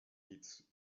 needs